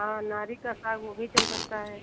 हाँ नारी का साग वह भी चल सकता है